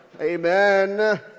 amen